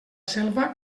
selva